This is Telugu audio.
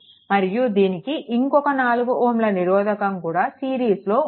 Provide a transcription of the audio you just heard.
మరియు దీనికి ఇంకో 4 Ω నిరోధకం కూడా సిరీస్లో ఉంది